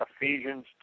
Ephesians